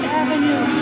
avenue